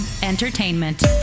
entertainment